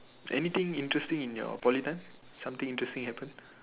anything interesting in your Poly time something interesting happen